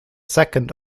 second